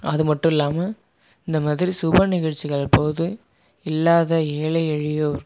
அது மட்டும் இல்லாமல் இந்தமாதிரி சுப நிகழ்ச்சிகள் போது இல்லாத ஏழை எளியோர்